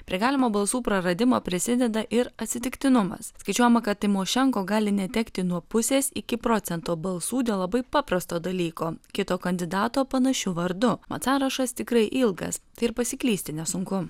prie galimo balsų praradimo prisideda ir atsitiktinumas skaičiuojama kad tymošenko gali netekti nuo pusės iki procento balsų dėl labai paprasto dalyko kito kandidato panašiu vardu mat sąrašas tikrai ilgas ir pasiklysti nesunku